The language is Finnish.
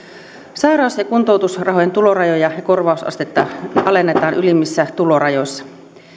sairaus ja kuntoutusrahojen tulorajoja ja korvausastetta alennetaan ylimmissä tulorajoissa